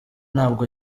ntabwo